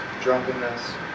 drunkenness